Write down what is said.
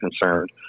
concerned